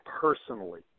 personally